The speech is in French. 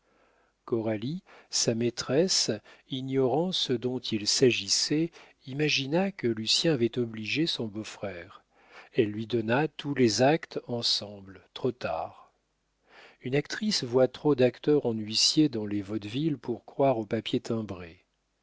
coralie sa maîtresse ignorant ce dont il s'agissait imagina que lucien avait obligé son beau-frère elle lui donna tous les actes ensemble trop tard une actrice voit trop d'acteurs en huissiers dans les vaudevilles pour croire au papier timbré